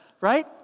right